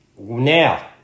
Now